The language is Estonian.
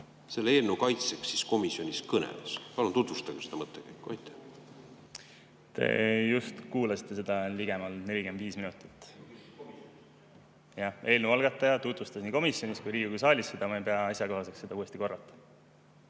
selle eelnõu kaitseks kõneldes ütles. Palun tutvustage seda mõttekäiku. Te just kuulasite seda ligemale 45 minutit. Eelnõu algataja tutvustas seda nii komisjonis kui ka Riigikogu saalis, ma ei pea asjakohaseks seda uuesti korrata.